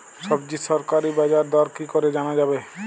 সবজির সরকারি বাজার দর কি করে জানা যাবে?